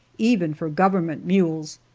even for government mules,